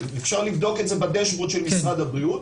אפשר לבדוק את זה בדשבורד של משרד הבריאות,